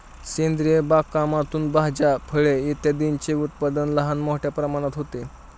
सेंद्रिय बागकामातून भाज्या, फळे इत्यादींचे उत्पादन लहान मोठ्या प्रमाणात होते